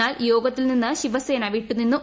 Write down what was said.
എന്നാൽ യോഗത്തിൽ നിന്ന് ശിവസേന വിട്ടുനിന്നു